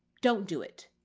don't do it.